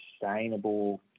sustainable